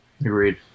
Agreed